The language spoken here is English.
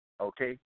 okay